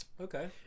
Okay